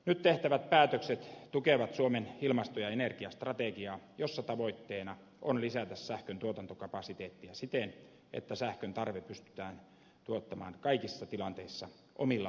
nyt tehtävät päätökset tukevat suomen ilmasto ja energiastrategiaa jossa tavoitteena on lisätä sähköntuotantokapasiteettia siten että sähkön tarve pystytään tuottamaan kaikissa tilanteissa omilla voimalaitoksillamme